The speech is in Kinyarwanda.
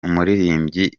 umuririmbyi